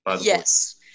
Yes